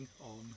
on